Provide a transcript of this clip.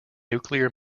nuclear